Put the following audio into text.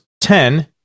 ten